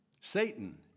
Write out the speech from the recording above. Satan